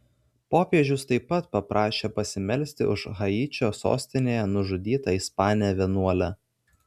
popiežius taip pat paprašė pasimelsti už haičio sostinėje nužudytą ispanę vienuolę